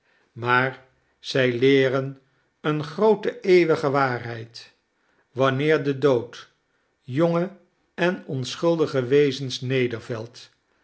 maar zij leeren eene groote eeuwige waarheid wanneer de dood jonge en onschuldige wezens nedervelt